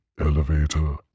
elevator